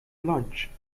lunch